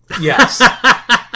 Yes